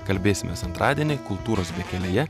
kalbėsimės antradienį kultūros bekelėje